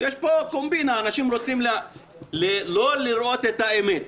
יש פה קומבינה, אנשים רוצים לא לראות את האמת.